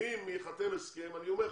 ואם ייחתם הסכם, אני אומר לך,